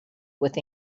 with